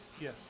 Yes